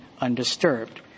undisturbed